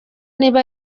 niba